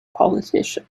politician